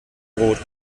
brot